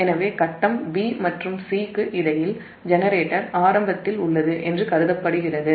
எனவே phase b மற்றும் c க்கு இடையில் ஜெனரேட்டர் ஆரம்பத்தில் உள்ளது சுமை நிலை இல்லை என்று கருதப்படுகிறது